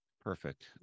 Perfect